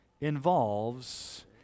involves